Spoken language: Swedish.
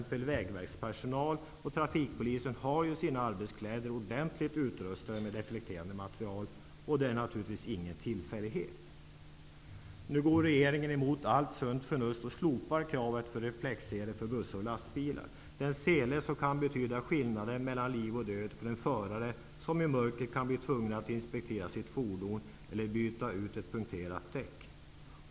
vägverkspersonal och trafikpoliser, har ju sina arbetskläder ordentligt utrustade med reflekterande material. Det är naturligtvis ingen tillfällighet. Nu slopar regeringen, tvärtemot allt förnuft, kravet på reflexsele för bussar och lastbilar -- en sele som kan betyda skillnaden mellan liv och död för den förare som i mörker kan bli tungen att inspektera sitt fordon eller byta ut ett punkterat däck.